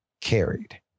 carried